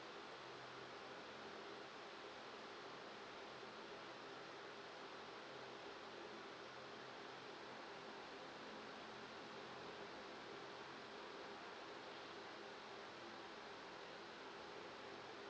ya